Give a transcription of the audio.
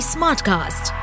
Smartcast